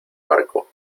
barco